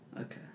Okay